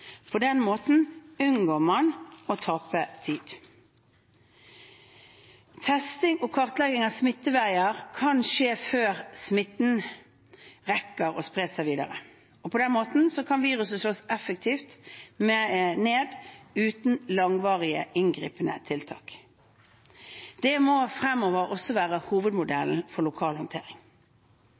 På den måten unngår man å tape tid. Testing og kartlegging av smitteveier kan skje før smitten rekker å spre seg videre. På den måten kan viruset slås effektivt ned uten langvarige, inngripende tiltak. Det må fremover også være hovedmodellen for